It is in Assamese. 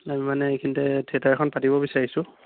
আমি মানে এইখিনিতে থিয়েটাৰ এখন পাতিব বিচাৰিছোঁ